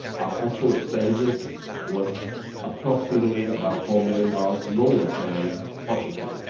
our actual expenses was approximately about four million dollars lower than budgeted.